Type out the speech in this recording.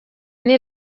ine